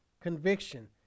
conviction